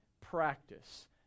practice